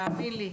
תאמין לי.